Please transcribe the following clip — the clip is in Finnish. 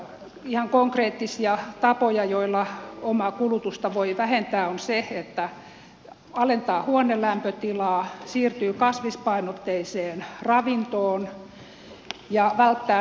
ihan konkreettisia tapoja joilla omaa kulutusta voi vähentää on se että alentaa huonelämpötilaa siirtyy kasvispainotteiseen ravintoon ja välttää liikkumista